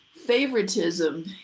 favoritism